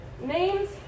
names